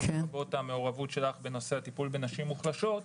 בעקבות המעורבות שלך בנושא הטיפול בנשים מוחלשות,